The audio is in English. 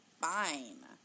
fine